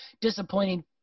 disappointing